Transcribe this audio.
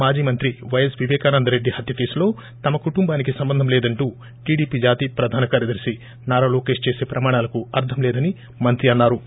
మాటి మంత్రి వైవస్ విపేకానందరెడ్డి హత్య కేసులో తమ కుటుంబానికి సంబంధం లేదంటూ టీడీపీ జాతీయ ప్రధాన కార్యదర్ని నారా లోకేశ్ చేసే ప్రమాణాలకు అర్గం లేదని మంత్రి అన్నా రు